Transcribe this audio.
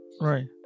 right